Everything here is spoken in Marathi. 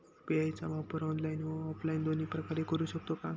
यू.पी.आय चा वापर ऑनलाईन व ऑफलाईन दोन्ही प्रकारे करु शकतो का?